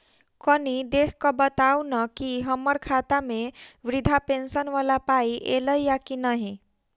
कनि देख कऽ बताऊ न की हम्मर खाता मे वृद्धा पेंशन वला पाई ऐलई आ की नहि?